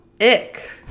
ick